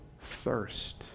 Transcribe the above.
thirst